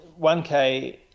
1K